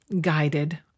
guided